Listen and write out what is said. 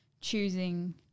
choosing